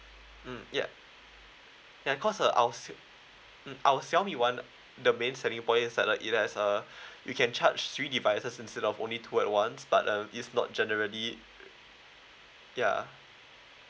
mm yup ya because uh our mm our Xiaomi one the main selling points is like as a you can charge three devices instead of only two at once but uh it's not generally ya